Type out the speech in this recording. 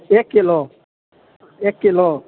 एक किलो एक किलो